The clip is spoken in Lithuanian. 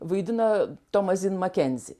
vaidina toma zin makenzi